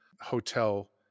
hotel